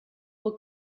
will